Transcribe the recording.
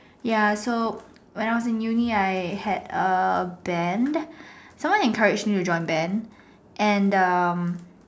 ya so when I was in uni I had a band someone encourage me to join band and um